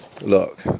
Look